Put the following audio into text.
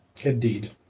Indeed